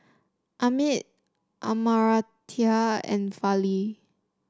Amit Amartya and Fali